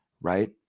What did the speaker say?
right